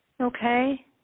Okay